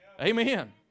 Amen